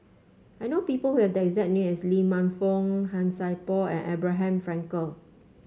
I know people who have the exact name as Lee Man Fong Han Sai Por and Abraham Frankel